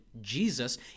Jesus